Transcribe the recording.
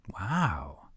Wow